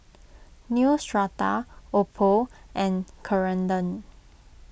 Neostrata Oppo and Ceradan